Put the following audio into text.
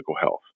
health